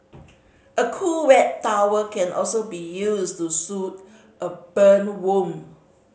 a cool wet tower can also be used to soothe a burn wound